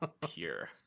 pure